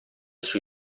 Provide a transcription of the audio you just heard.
sui